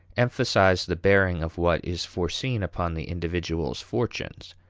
emphasize the bearing of what is foreseen upon the individual's fortunes,